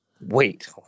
Wait